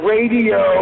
Radio